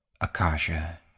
Akasha